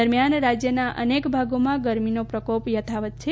દરમિયાન રાજ્યના અનેક ભાગોમાં ગરમીનો પ્રકોપ યથાવત છે